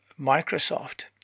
Microsoft